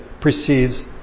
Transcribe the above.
precedes